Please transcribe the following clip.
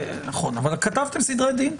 אבל כתבתם סדרי דין.